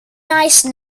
nice